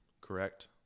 Correct